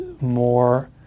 more